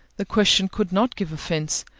the question could not give offence.